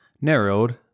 narrowed